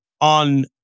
on